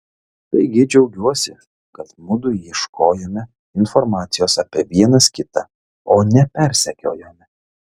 taigi džiaugiuosi kad mudu ieškojome informacijos apie vienas kitą o ne persekiojome